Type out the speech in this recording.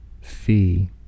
Fee